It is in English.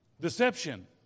Deception